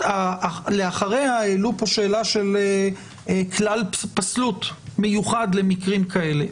לאחריה העלו פה שאלה של כלל פסלות מיוחד למקרים כאלה.